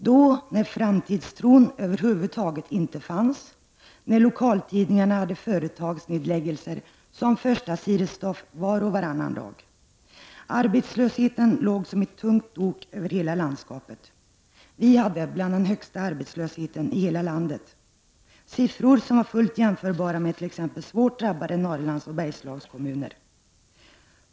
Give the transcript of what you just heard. Då fanns över huvud taget inte någon framtidstro, och lokaltidningarna hade företagsnedläggelser som förstasidesstoff var och varannan dag. Arbetslösheten låg som ett tungt dok över hela landskapet. Vi hade bl.a. den högsta arbetslösheten i hela landet. Siffrorna var fullt jämförbara med t.ex. siffrorna för svårt drabbade Norrlandsoch Bergslagskommuner.